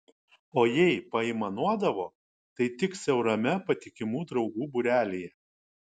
o jei paaimanuodavo tai tik siaurame patikimų draugų būrelyje